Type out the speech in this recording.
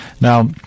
Now